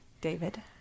David